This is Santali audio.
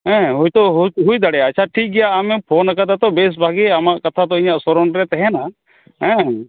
ᱦᱮᱸ ᱦᱳᱭᱛᱚ ᱦᱩᱭ ᱫᱟᱲᱮᱭᱟᱜᱼᱟ ᱟᱪᱪᱷᱟ ᱴᱷᱤᱠ ᱜᱮᱭᱟ ᱟᱢᱮᱢ ᱯᱷᱳᱱ ᱟᱠᱟᱫᱟ ᱛᱚ ᱵᱮᱥ ᱵᱷᱟᱜᱮ ᱟᱢᱟᱜ ᱠᱟᱛᱷᱟ ᱤᱧᱟᱹᱜ ᱥᱚᱨᱚᱱ ᱨᱮ ᱛᱟᱦᱮᱱᱟ ᱦᱮᱸ